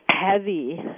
heavy